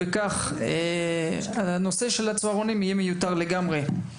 ובכך נושא הצהרונים הופך מיותר לגמרי.